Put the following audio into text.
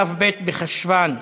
ט"ו בחשוון התשע"ז,